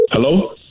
Hello